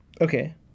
Okay